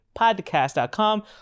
podcast.com